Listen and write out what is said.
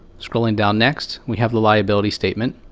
scrolling down next, we have the liability statement.